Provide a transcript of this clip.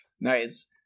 nice